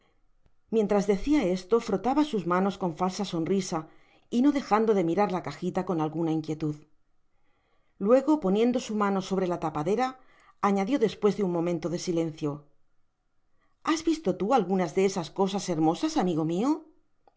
mientras decia esto frotaba sus manos con falsa sonrisa y no dejando de mirar la cajita con alguna inquietud luego poniendo su mano sobre la tapadera añadió despues de un momento de silencio has visto tu algunas de esas cosas hermosas amigo mio